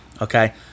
Okay